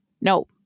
No